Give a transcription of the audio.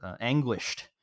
anguished